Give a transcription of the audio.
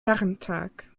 herrentag